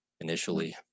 initially